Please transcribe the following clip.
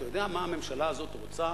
אתה יודע מה הממשלה הזאת רוצה,